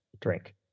drink